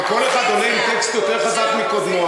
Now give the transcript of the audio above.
וכל אחד עולה עם טקסט יותר חזק מקודמו.